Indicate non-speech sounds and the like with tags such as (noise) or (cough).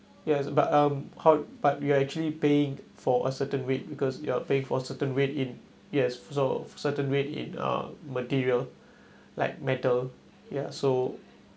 yes but um how but we are actually paying for a certain weight because you're paying for a certain weight in it has preserved certain weight in a material (breath) like metal ya so